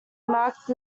marked